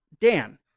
Dan